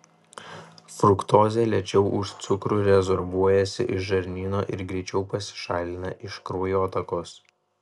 fruktozė lėčiau už cukrų rezorbuojasi iš žarnyno ir greičiau pasišalina iš kraujotakos